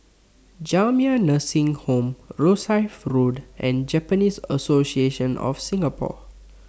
Jamiyah Nursing Home Rosyth Road and Japanese Association of Singapore